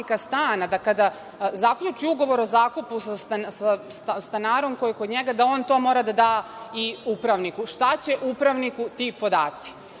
da kada zaključi ugovor o zakupu sa stanarom koji je kod njega da on to mora da da i upravniku. Šta će upravniku ti podaci?